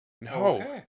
No